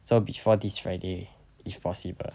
so before this friday if possible